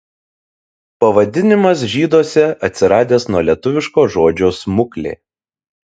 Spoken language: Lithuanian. pavadinimas žyduose atsiradęs nuo lietuviško žodžio smuklė